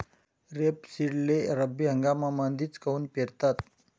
रेपसीडले रब्बी हंगामामंदीच काऊन पेरतात?